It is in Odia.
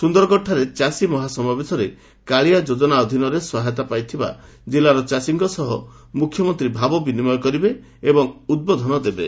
ସୁନ୍ଦରଗଡ଼ଠାରେ ଚାଷୀ ମହାସମାବେଶରେ କାଳିଆ ଯୋଜନା ଅଧୀନରେ ସହାୟତା ପାଇଥିବା ଜିଲ୍ଲାର ଚାଷୀଙ୍କ ସହ ଭାବ ବିନିମୟ କରିବେ ଏବଂ ଉଦ୍ବୋଧନ ଦେବେ